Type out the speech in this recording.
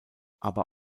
aber